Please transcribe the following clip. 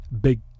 Big